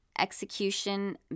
Execution